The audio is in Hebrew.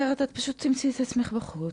אחרת את פשוט תמצאי את עצמך בחוץ.